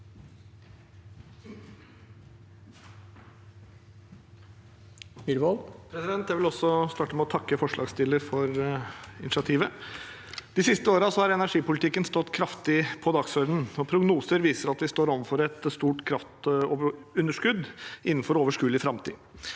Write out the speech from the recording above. Jeg vil også starte med å takke forslagsstillerne for initiativet. De siste årene har energipolitikken stått høyt på dagsordenen. Prognoser viser at vi står overfor et stort kraftunderskudd innenfor overskuelig framtid.